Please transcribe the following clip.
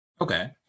Okay